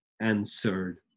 answered